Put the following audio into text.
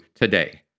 today